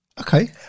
Okay